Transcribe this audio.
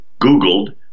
Googled